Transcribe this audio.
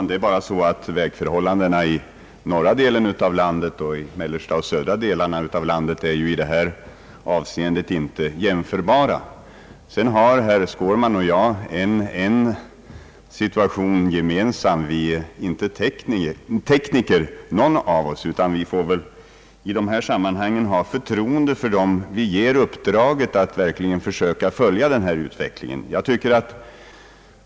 Herr talman! Vägförhållandena i norra delen av landet och vägförhållandena i de mellersta och södra delarna av landet är i detta avseende inte helt jämförbara. Herr Skårman och jag har det gemensamt att ingen av oss är tekniker, utan vi får väl i detta sammanhang ha förtroende för dem som vi ger uppdraget att följa utvecklingen på detta område.